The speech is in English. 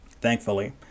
thankfully